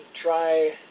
try